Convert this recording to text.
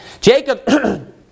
Jacob